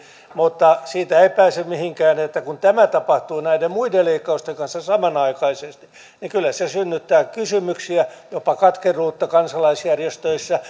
mutta siitä ei pääse mihinkään että kun tämä tapahtuu näiden muiden leikkausten kanssa samanaikaisesti niin kyllä se synnyttää kysymyksiä jopa katkeruutta kansalaisjärjestöissä